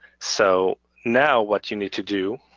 so now what you need to do